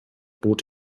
bot